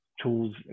tools